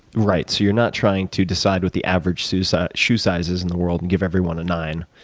right, so you're not trying to decide what the average shoe size shoe size is in the world and give everyone a nine.